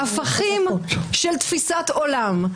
אני מסיימת -- הפכים של תפיסת עולם,